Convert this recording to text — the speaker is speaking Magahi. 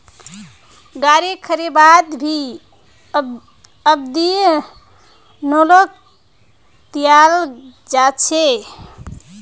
गारी खरीदवात भी अवधि लोनक दियाल जा छे